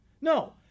No